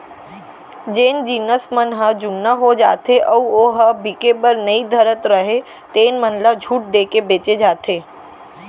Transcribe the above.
जेन जिनस मन ह जुन्ना हो जाथे अउ ओ ह बिके बर नइ धरत राहय तेन मन ल छूट देके बेचे जाथे